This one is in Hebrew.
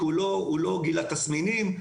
כי הוא לא גילה תסמינים,